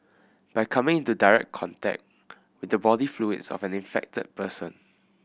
by coming into direct contact with the body fluids of an infected person